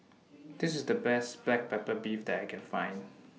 This IS The Best Black Pepper Beef that I Can Find